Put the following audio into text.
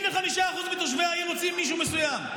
75% מתושבי העיר רוצים מישהו מסוים.